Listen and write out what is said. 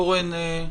אורן,